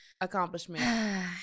accomplishment